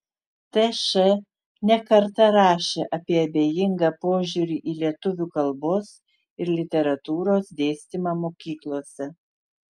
tš ne kartą rašė apie abejingą požiūrį į lietuvių kalbos ir literatūros dėstymą mokyklose